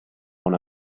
una